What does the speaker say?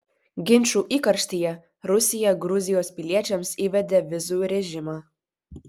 ginčų įkarštyje rusija gruzijos piliečiams įvedė vizų režimą